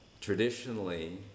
traditionally